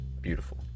beautiful